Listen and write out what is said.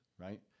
right